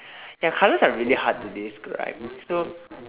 ya colours are really hard to describe so